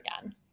again